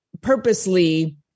purposely